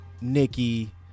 Nikki